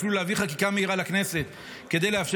אפילו להביא חקיקה מהירה לכנסת כדי לאפשר